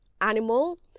animal